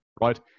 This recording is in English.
right